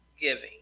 giving